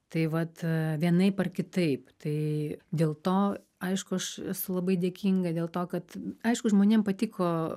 tai vat vienaip ar kitaip tai dėl to aišku aš esu labai dėkinga dėl to kad aišku žmonėm patiko